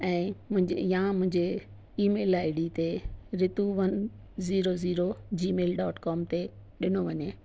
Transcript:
ऐं मुंहिंजे या मुंहिंजे ईमेल आईडी ते Ritu one zero zero Gmail dot com ते ॾिनो वञे